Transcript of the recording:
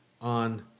on